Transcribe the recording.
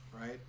right